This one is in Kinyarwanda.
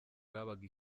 babaga